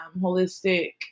holistic